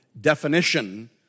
definition